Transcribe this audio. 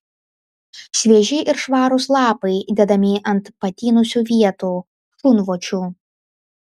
švieži ir švarūs lapai dedami ant patinusių vietų šunvočių